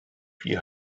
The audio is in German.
wie